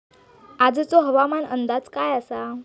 आजचो हवामान अंदाज काय आसा?